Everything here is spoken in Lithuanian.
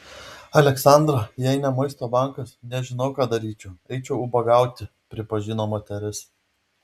aleksandra jei ne maisto bankas nežinau ką daryčiau eičiau ubagauti pripažino moteris